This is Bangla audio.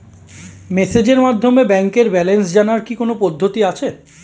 মেসেজের মাধ্যমে ব্যাংকের ব্যালেন্স জানার কি কোন পদ্ধতি আছে?